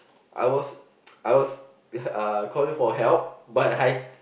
I was I was uh calling for help but I